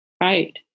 Right